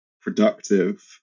productive